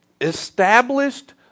established